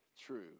true